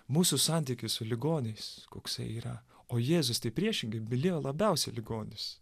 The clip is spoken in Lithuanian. mūsų santykis su ligoniais koksai yra o jėzus tai priešingai mylėjo labiausia ligonius